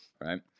Right